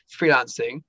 freelancing